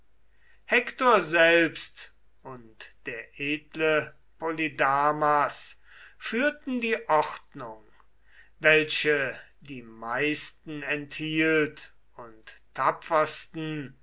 hektor selbst und der edle polydamas führten die ordnung welche die meisten enthielt und tapfersten